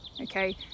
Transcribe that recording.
okay